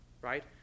right